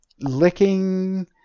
licking